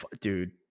dude